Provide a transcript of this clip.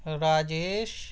Rajesh